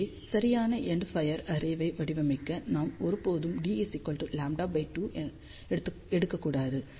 எனவே சரியான end fire array ஐ வடிவமைக்க நாம் ஒருபோதும் d λ 2 ஐ எடுக்கக்கூடாது